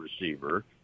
receiver